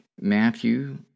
Matthew